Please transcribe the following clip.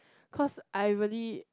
cause I really